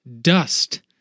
Dust